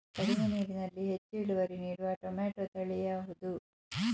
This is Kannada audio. ಕಡಿಮೆ ನೀರಿನಲ್ಲಿ ಹೆಚ್ಚು ಇಳುವರಿ ನೀಡುವ ಟೊಮ್ಯಾಟೋ ತಳಿ ಯಾವುದು?